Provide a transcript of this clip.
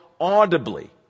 audibly